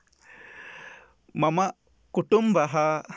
मम कुटुम्बः